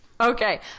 Okay